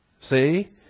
see